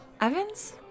Evans